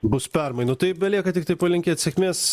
bus permainų tai belieka tiktai palinkėt sėkmės